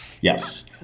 Yes